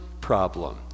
problem